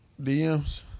DMs